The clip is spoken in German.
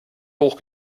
hoch